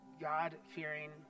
God-fearing